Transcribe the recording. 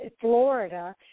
Florida